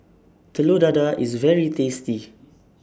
Telur Dadah IS very tasty